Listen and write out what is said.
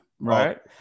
right